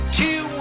two